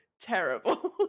terrible